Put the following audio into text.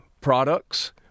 products